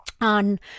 on